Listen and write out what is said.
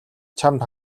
чамд